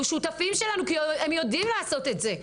שותפים שלנו כי הם יודעים לעשות את זה.